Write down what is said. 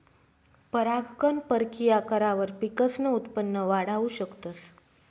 परागकण परकिया करावर पिकसनं उत्पन वाढाऊ शकतस